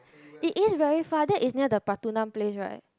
it is very far that is near the Pratunam place right